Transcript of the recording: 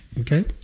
Okay